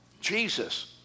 Jesus